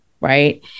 right